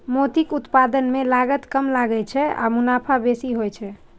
मोतीक उत्पादन मे लागत कम लागै छै आ मुनाफा बेसी होइ छै